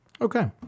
Okay